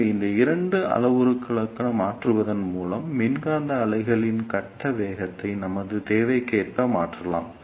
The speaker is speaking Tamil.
எனவே இந்த இரண்டு அளவுருக்களை மாற்றுவதன் மூலம் மின்காந்த அலைகளின் கட்ட வேகத்தை நமது தேவைக்கேற்ப மாற்றலாம்